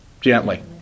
gently